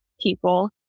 people